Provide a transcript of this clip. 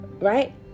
right